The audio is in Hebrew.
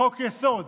בחוק-יסוד,